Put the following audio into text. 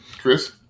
Chris